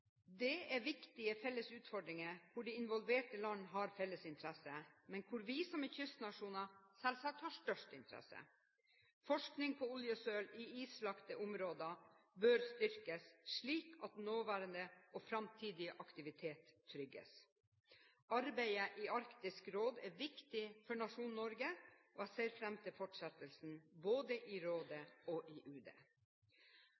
er viktige felles utfordringer, hvor de involverte land har felles interesser, men hvor vi som er kystnasjoner, selvsagt har størst interesser. Forskning på oljesøl i islagte områder bør styrkes, slik at den nåværende og framtidige aktivitet trygges. Arbeidet i Arktisk råd er viktig for nasjonen Norge, og jeg ser fram til fortsettelsen, både i rådet